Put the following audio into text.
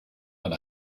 and